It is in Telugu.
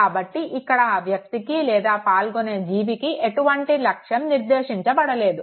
కాబట్టి ఇక్కడ ఆ వ్యక్తికి లేదా పాలుగొనే జీవికి ఎటువంటి లక్ష్యం నిర్దేశించబడలేదు